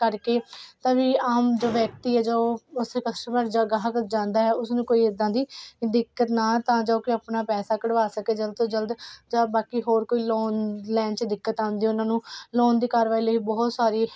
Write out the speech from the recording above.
ਕਰਕੇ ਤਾਂ ਵੀ ਆਮ ਜੋ ਵਿਅਕਤੀ ਹੈ ਜੋ ਉਸ ਕਸਟਮਰ ਜਾਂ ਗਾਹਕ ਜਾਂਦਾ ਹੈ ਉਸਨੂੰ ਕੋਈ ਇੱਦਾਂ ਦੀ ਦਿੱਕਤ ਨਾ ਤਾਂ ਜੋ ਕਿ ਆਪਣਾ ਪੈਸਾ ਕਢਵਾ ਸਕੇ ਜਲਦ ਤੋਂ ਜਲਦ ਜਾਂ ਬਾਕੀ ਹੋਰ ਕੋਈ ਲੋਨ ਲੈਣ 'ਚ ਦਿੱਕਤ ਆਉਂਦੀ ਉਹਨਾਂ ਨੂੰ ਲੋਨ ਦੀ ਕਾਰਵਾਈ ਲਈ ਬਹੁਤ ਸਾਰੀ